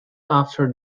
after